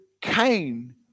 Cain